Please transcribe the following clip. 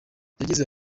yagize